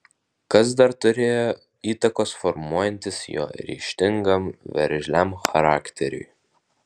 kas dar turėjo įtakos formuojantis jo ryžtingam veržliam charakteriui